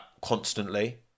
constantly